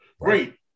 Great